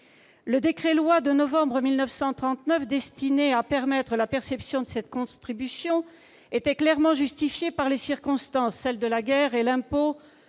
Le décret-loi de novembre 1939, destiné à permettre la perception de cette « contribution », était clairement justifié par les circonstances de guerre. L'impôt